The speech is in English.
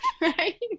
Right